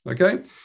Okay